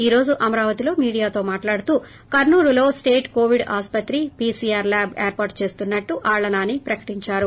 ఈ రోజు అమరావతి లో మీడియా తో మాట్లాడుతూ కర్నూలులో స్టట్ కోవిడ్ ఆస్పత్రి పీసీఆర్ ల్యాబ్ ఏర్పాటు చేస్తున్నట్లు ఆళ్ల నాని ప్రకటిందారు